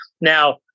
Now